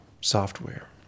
software